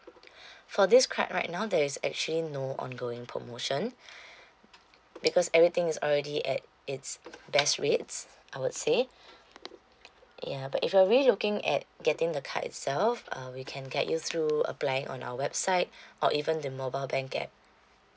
for this card right now there's actually no ongoing promotion because everything is already at it's best rates I would say ya but if you are really looking at getting the card itself uh we can guide you through applying on our website or even the mobile bank app